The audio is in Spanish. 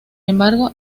embargo